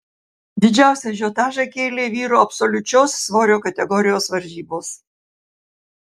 didžiausią ažiotažą kėlė vyrų absoliučios svorio kategorijos varžybos